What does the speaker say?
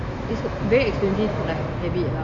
is like very expensive like habbit lah